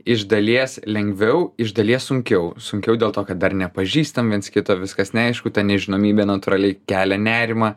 iš dalies lengviau iš dalies sunkiau sunkiau dėl to kad dar nepažįstam viens kito viskas neaišku ta nežinomybė natūraliai kelia nerimą